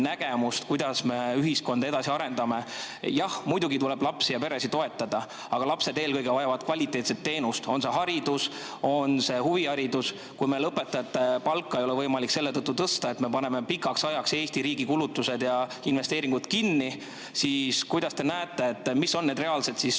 kuidas me ühiskonda edasi arendame. Jah, muidugi tuleb lapsi ja peresid toetada, aga lapsed eelkõige vajavad kvaliteetset teenust, on see haridus, on see huviharidus. Kui meil õpetajate palka ei ole võimalik selle tõttu tõsta, et me paneme pikaks ajaks Eesti riigi kulutused ja investeeringud kinni, siis kuidas te näete, mis on need reaalsed